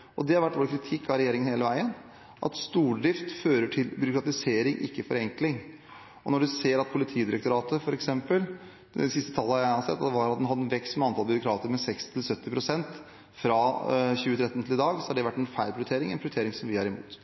økt. Det har vært vår kritikk av regjeringen hele veien at stordrift fører til byråkratisering, ikke til forenkling. Når vi ser at f.eks. Politidirektoratet etter de siste tallene jeg har sett, hadde en vekst i antallet byråkrater med 60–70 pst. fra 2013 til i dag, så har det vært en feil prioritering – en prioritering vi er imot.